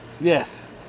Yes